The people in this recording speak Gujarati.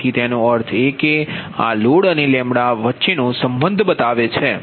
તેથી તેનો અર્થ એ કે આ લોડ અને λ વચ્ચે નો સંબંધ છે